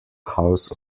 house